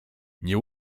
nie